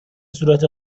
صورت